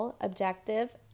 Objective